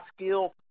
skill